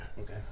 Okay